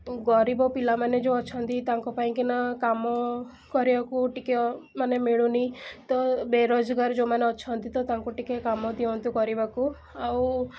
ଗରିବ ପିଲାମାନେ ଯେଉଁ ଅଛନ୍ତି ତାଙ୍କ ପାଇଁ କି ନା କାମ କରିବାକୁ ଟିକିଏ ମାନେ ମିଳୁନି ତ ବେରୋଜଗାର ଯେଉଁମାନେ ଅଛନ୍ତି ତ ତାଙ୍କୁ ଟିକିଏ କାମ ଦିଅନ୍ତୁ କରିବାକୁ ଆଉ